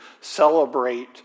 celebrate